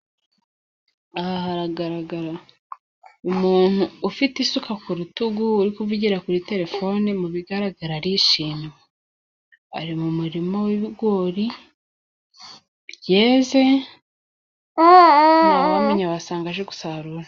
Aha haragaragara umuntu ufite isuka ku rutugu， uri kuvugira kuri terefone， mu bigaragara arishimye， ari mu murima w'ibigori byeze，nta wamenya wasanga aje gusarura.